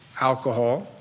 alcohol